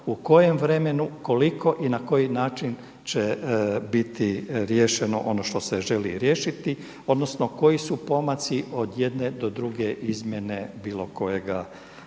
u kojem vremenu, koliko i na koji način će biti riješeno ono što se želi riješiti, odnosno koji su pomaci od jedne do druge izmjene bilo kojega